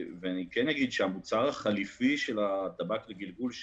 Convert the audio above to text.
במוצר החליפי של הטבק לגלגול,